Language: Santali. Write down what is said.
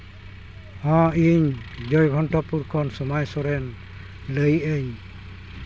ᱦᱳᱭ ᱤᱧ ᱡᱚᱭᱜᱷᱚᱱᱴᱟᱯᱩᱨ ᱠᱷᱚᱱ ᱥᱳᱢᱟᱭ ᱥᱚᱨᱮᱱ ᱞᱟᱹᱭᱮᱫ ᱟᱹᱧ